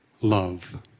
love